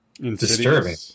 disturbing